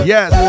Yes